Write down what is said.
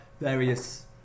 various